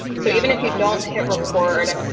so even if you don't hit record,